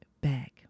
back